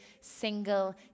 single